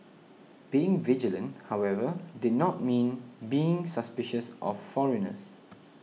being vigilant however did not mean being suspicious of foreigners